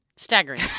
Staggering